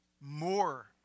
More